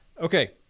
Okay